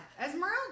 Esmeralda